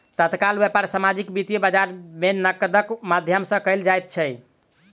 तत्काल व्यापार सामाजिक वित्तीय बजार में नकदक माध्यम सॅ कयल जाइत अछि